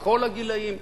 מכל הגילאים,